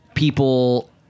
People